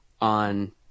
on